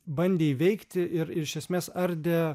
bandė įveikti ir ir iš esmės ardė